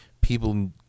people –